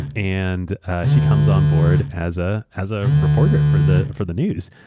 and she comes on board as ah as a reporter for the for the news.